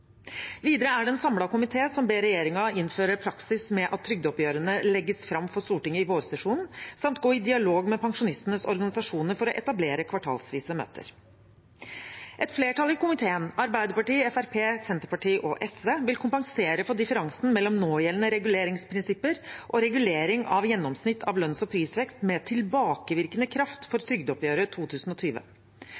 Videre er det en samlet komité som ber regjeringen innføre praksis med at trygdeoppgjørene legges fram for Stortinget i vårsesjonen, samt gå i dialog med pensjonistenes organisasjoner for å etablere kvartalsvise møter. Et flertall i komiteen – Arbeiderpartiet, Fremskrittspartiet, Senterpartiet og SV – vil kompensere for differansen mellom någjeldende reguleringsprinsipper og regulering av gjennomsnitt av lønns- og prisvekst med tilbakevirkende kraft for